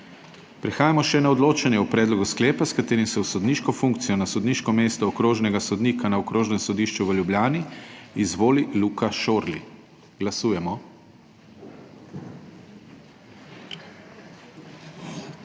Prehajamo na odločanje o predlogu sklepa, s katerim se v sodniško funkcijo na sodniško mesto okrožne sodnice na Okrožnem sodišču v Ljubljani izvoli Vesna Rom. Glasujemo.